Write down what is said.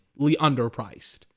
underpriced